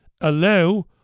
allow